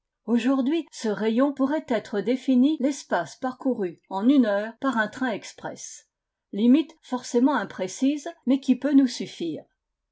aujourd'hui ce rayon pourrait être défini l'espace parcouru en une heure par un train express limite forcément imprécise mais qui peut nous suffire